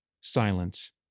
Silence